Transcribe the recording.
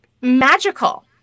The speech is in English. magical